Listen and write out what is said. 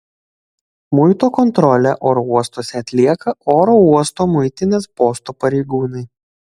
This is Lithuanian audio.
muito kontrolę oro uostuose atlieka oro uosto muitinės posto pareigūnai